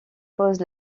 pose